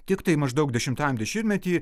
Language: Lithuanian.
tiktai maždaug dešimtajam dešimtmety